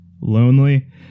Lonely